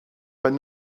but